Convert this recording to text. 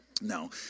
No